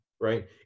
right